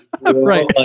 Right